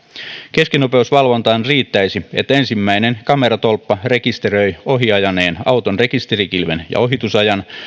keskinopeusvalvontaan riittäisi että ensimmäinen kameratolppa rekisteröi ohi ajaneen auton rekisterikilven ja ohitusajan